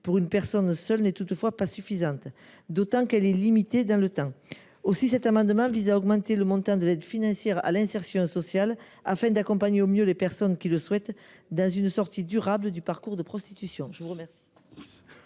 pour une personne seule, n’est toutefois pas suffisant, d’autant qu’elle est limitée dans le temps. Aussi, cet amendement tend à augmenter le montant de l’aide financière à l’insertion sociale et professionnelle, afin d’accompagner au mieux les personnes qui le souhaitent dans une sortie durable du parcours prostitutionnel. L’amendement